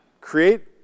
create